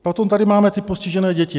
Potom tady máme ty postižené děti.